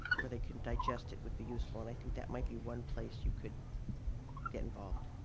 where they can digest it, would be useful, and i think that might be one place you could get involved.